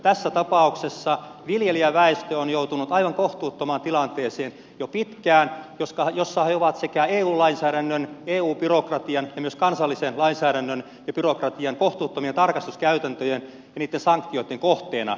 tässä tapauksessa viljelijäväestö on joutunut aivan kohtuuttomaan tilanteeseen jo pitkään jossa he ovat sekä eu lainsäädännön ja eu byrokratian että myös kansallisen lainsäädännön ja byrokratian kohtuuttomien tarkastuskäytäntöjen ja niitten sanktioitten kohteena